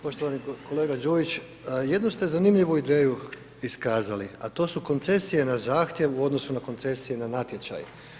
Poštovani kolega Đujić, jednu ste zanimljivu ideju iskazali, a to su koncesije na zahtjev u odnosu na koncesije na natječaj.